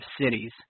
cities